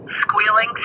Squealing